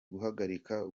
guhagarika